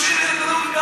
30,000 דונם.